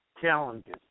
challenges